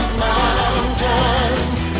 mountains